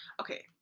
okay